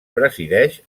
presideix